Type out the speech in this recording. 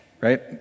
Right